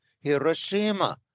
Hiroshima